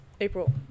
April